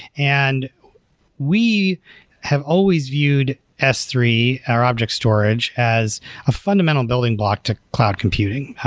and we have always viewed s three, our object storage, as a fundamental building block to cloud computing.